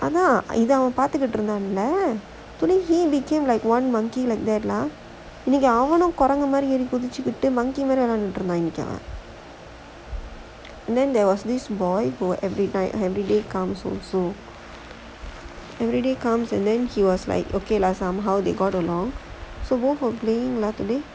அதான் இத அவன் பாத்துட்டு இருந்தான்ல:athaan itha avan paathuttu irunthaanla he became like one monkey like that இன்னைக்கு அவனும் குரங்கு மாறி ஏறி குதிச்கிட்டு:innaikku avanum kurangu maari eri kuthichuttu monkey மாறி விளயான்ட்டு இருந்தான்:maari vilayaanttu irunthaan and then there was this boy everyday come everyday come okay lah somehow they got along so both of them